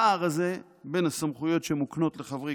הפער הזה בין הסמכויות שמוקנות לחברי